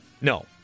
no